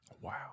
Wow